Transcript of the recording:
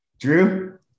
Drew